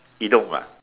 idiom ah